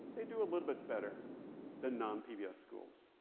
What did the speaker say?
they do a little bit better than non-pbs schools.